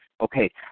okay